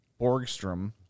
Borgstrom